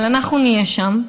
אבל אנחנו נהיה שם,